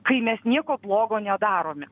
kai mes nieko blogo nedarome